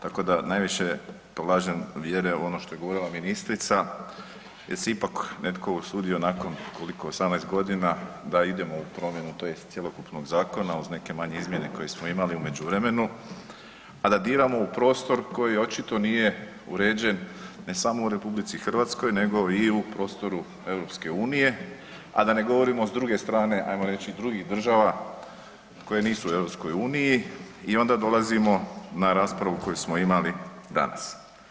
Tako da najviše polažem vjere u ono što je govorila ministrica jer se ipak netko usudio nakon koliko, 18 godina da idemo u promjenu tj. cjelokupnog zakona uz neke manje izmjene koje smo imali u međuvremenu, a da diramo u prostor koji očito nije uređen ne samo u RH nego i u prostoru EU, a da ne govorimo s druge strane ajmo reći i drugih država koje nisu u EU i onda dolazimo na raspravu koju smo imali danas.